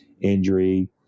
injury